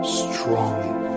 strong